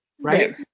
Right